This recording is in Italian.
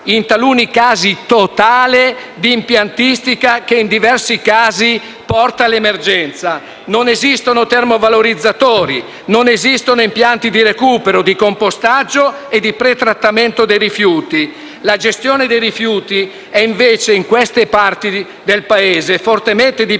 in taluni casi totale, di impiantistica che spesso porta all'emergenza. Non esistono termovalorizzatori, non esistono impianti di recupero, di compostaggio e di pretrattamento dei rifiuti. La gestione dei rifiuti è invece, in quelle parti del Paese, fortemente dipendente